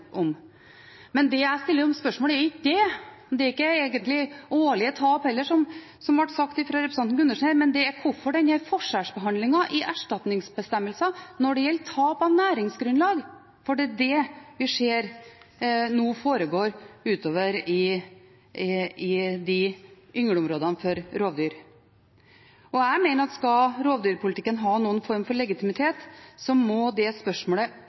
om, er ikke det. Det er egentlig heller ikke årlige tap, slik det ble sagt av representanten Gundersen, men det er hvorfor man har denne forskjellsbehandlingen i erstatningsbestemmelser når det gjelder tap av næringsgrunnlag – for det er det vi nå ser foregå utover i yngleområdene for rovdyr. Jeg mener at skal rovdyrpolitikken ha noen form for legitimitet, må det spørsmålet